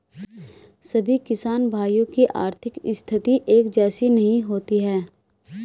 सभी किसान भाइयों की आर्थिक स्थिति एक जैसी नहीं होती है